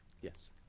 Yes